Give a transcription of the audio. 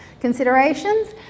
considerations